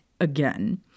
again